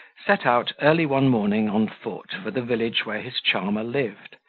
set out early one morning on foot for the village where his charmer lived,